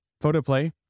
PhotoPlay